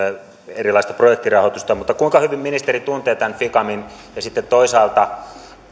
erilaista projektirahoitusta kuinka hyvin ministeri tuntee tämän ficamin ja sitten toisaalta